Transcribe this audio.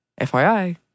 FYI